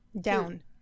Down